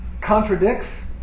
contradicts